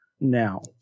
now